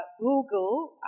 Google